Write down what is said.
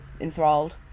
enthralled